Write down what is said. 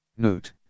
Note